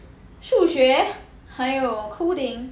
数学还有 coding